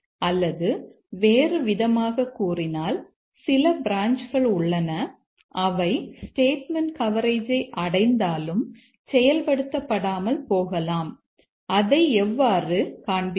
அல்லது வேறுவிதமாகக் கூறினால் சில பிரான்ச்கள் உள்ளன அவை ஸ்டேட்மெண்ட் கவரேஜை அடைந்தாலும் செயல்படுத்தப்படாமல் போகலாம் அதை எவ்வாறு காண்பிப்பது